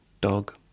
Dog